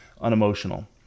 unemotional